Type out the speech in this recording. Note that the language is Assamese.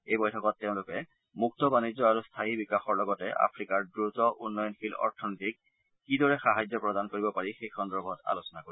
এই বৈঠকত তেওঁলোকে মুক্ত বাণিজ্য আৰু স্থায়ী বিকাশৰ লগতে আফ্ৰিকাৰ দ্ৰুত উন্নয়নশীল অথনীতিক কিদৰে সাহায্য প্ৰদান কৰিব পাৰি সেই সন্দৰ্ভত আলোচনা কৰিব